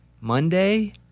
Monday